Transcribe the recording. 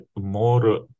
more